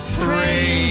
pray